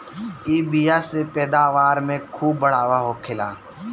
इ बिया से पैदावार में खूब बढ़ावा होखेला